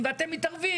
ואתם מתערבים